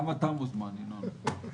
גם אתה מוזמן, ינון.